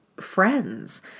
friends